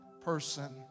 person